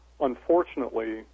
Unfortunately